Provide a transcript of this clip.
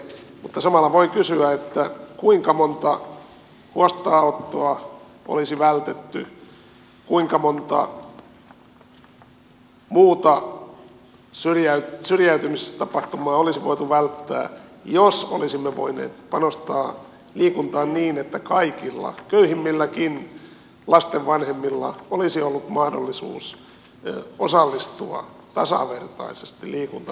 samalla voi kysyä kuinka monta huostaanottoa olisi vältetty kuinka monta muuta syrjäytymistapahtumaa olisi voitu välttää jos olisimme voineet panostaa liikuntaan niin että kaikilla köyhimmilläkin lasten vanhemmilla olisi ollut mahdollisuus osallistua tasavertaisesti liikuntaan